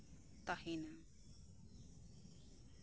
ᱛᱟᱦᱮᱸᱱᱟ